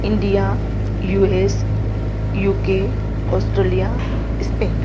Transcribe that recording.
India U S U K Australia Spain